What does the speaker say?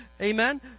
Amen